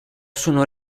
sono